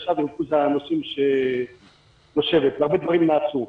החדשה בריכוז הנושאים שנושבת והרבה דברים נעשו.